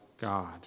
God